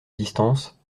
distance